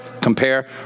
compare